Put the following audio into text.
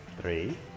three